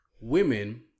Women